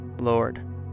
Lord